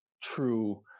true